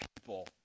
people